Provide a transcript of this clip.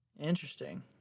Interesting